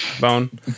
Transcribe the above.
Bone